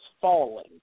falling